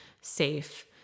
safe